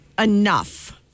enough